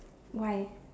why